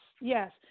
yes